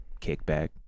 kickback